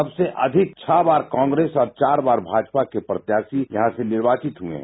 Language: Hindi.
सबसे अधिक छह बार कांग्रेस और चार भाजपा के प्रत्याशी यहां से निर्वाचित हुए हैं